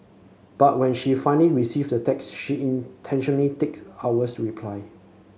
but when she finally receive the text she intentionally take hours to reply